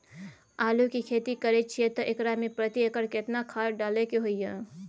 आलू के खेती करे छिये त एकरा मे प्रति एकर केतना खाद डालय के होय हय?